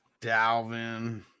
Dalvin